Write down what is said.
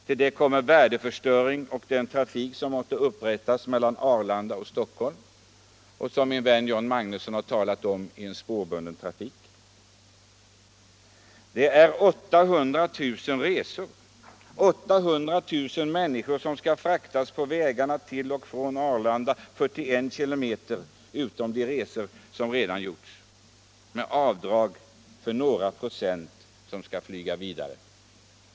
Till det kommer värdeförstöring och den trafik som måste upprättas mellan Arlanda och Stockholm — min vän John Magnusson har talat för spårbunden trafik. Det är fråga om 800 000 resor — 800 000 människor skall fraktas till och från Arlanda 41 kilometer, utom de resor som redan gjorts, med avdrag för någon procent som skall flyga vidare.